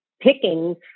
pickings